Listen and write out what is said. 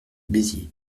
béziers